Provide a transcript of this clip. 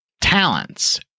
talents